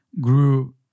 grew